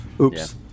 oops